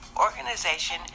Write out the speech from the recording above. organization